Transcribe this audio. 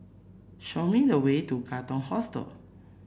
show me the way to Katong Hostel